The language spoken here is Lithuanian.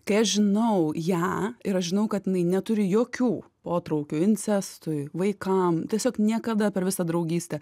kai aš žinau ją ir aš žinau kad jinai neturi jokių potraukių incestui vaikam tiesiog niekada per visą draugystę